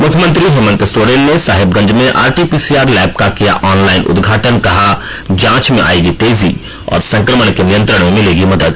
मुख्यमंत्री हेमंत सोरेन ने साहेबगंज में आरटीपीसीआर लैब का किया ऑनलाइन उदघाटन कहा जांच में आयेगी तेजी और संकमण के नियंत्रण में मिलेगी मदद